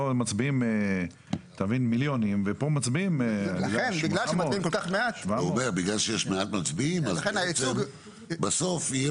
הוא אומר שבגלל שיש מעט מצביעים בסוף יהיה